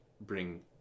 bring